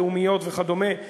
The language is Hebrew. לאומיות וכדומה,